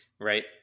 right